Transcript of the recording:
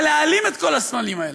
היה להעלים את כל הסמלים האלה.